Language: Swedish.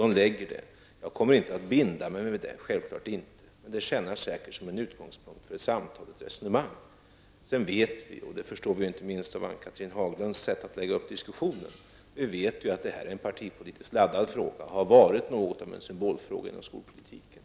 Jag kommer självfallet inte att binda mig vid det, men det kan säkerligen tjäna som en utgångspunkt för samtal och resonemang. Vi vet, och det framgår inte minst av Ann-Cathrine Haglunds sätt att lägga upp diskussionen, att detta är en partipolitiskt laddad fråga, som har varit något av en symbolfråga inom skolpolitiken.